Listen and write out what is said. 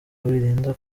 birinda